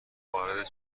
وارد